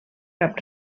cap